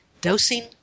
dosing